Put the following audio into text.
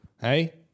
Hey